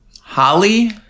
Holly